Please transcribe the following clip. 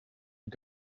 are